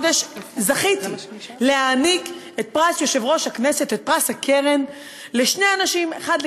זכיתי להעניק את פרס קרן יושב-ראש הכנסת לשני אנשים: אחד,